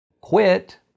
quit